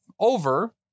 over